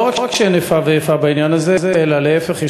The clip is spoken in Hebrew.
לא רק שאין איפה ואיפה בעניין הזה אלא להפך,